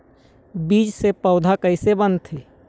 बीज से पौधा कैसे बनथे?